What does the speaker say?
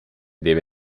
deve